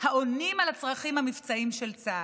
העונות על הצרכים המבצעיים של צה"ל.